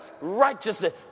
righteousness